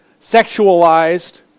sexualized